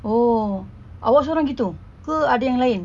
oh awak seorang begitu ke ada yang lain